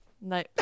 No